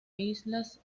islas